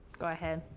go ahead.